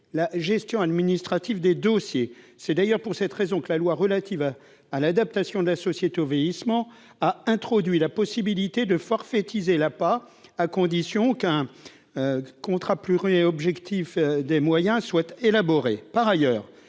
la gestion administrative des dossiers, c'est d'ailleurs pour cette raison que la loi relative à l'adaptation de la société au vieillissement a introduit la possibilité de forfaitisée là, pas à condition qu'un contrat pluri-et objectifs des moyens souhaite élaboré par ailleurs